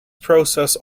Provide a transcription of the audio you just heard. process